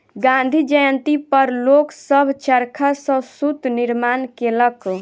गाँधी जयंती पर लोक सभ चरखा सॅ सूत निर्माण केलक